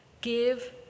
Give